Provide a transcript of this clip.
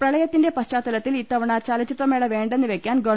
പ്രളയത്തിന്റെ പശ്ചാത്തലത്തിൽ ഇത്തവണ ചലച്ചിത്രമേള വേണ്ടെന്ന് വെയ്ക്കാൻ ഗവ